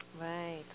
Right